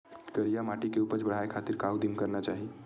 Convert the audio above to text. करिया माटी के उपज बढ़ाये खातिर का उदिम करना चाही?